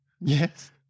Yes